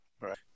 right